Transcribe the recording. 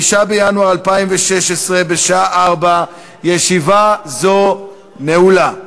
5 בינואר 2016, בשעה 16:00. ישיבה זו נעולה.